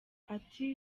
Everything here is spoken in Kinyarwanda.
ati